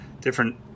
different